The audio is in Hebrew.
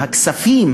הכספים,